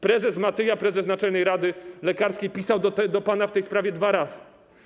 Prezes Matyja, prezes Naczelnej Rady Lekarskiej, pisał do pana w tej sprawie dwa razy.